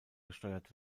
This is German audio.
gesteuert